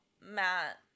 Matt